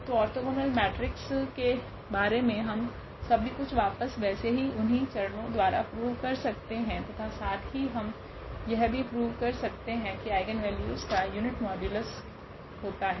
तो orthogonal matrix के बारे मे हम सभी कुछ वापस वैसे ही उनही चरणों द्वारा प्रूव कर सकते है तथा साथ ही हम यह भी प्रूव कर सकते है की आइगनवेल्यूस का यूनिट मॉड्यूलस होता है